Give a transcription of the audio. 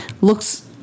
looks